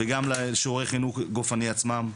וגם שיעורי חינוך גופני עצמם.